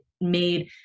made